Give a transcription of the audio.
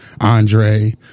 Andre